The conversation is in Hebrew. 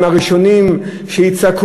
הם הראשונים שיצעקו,